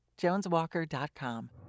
JonesWalker.com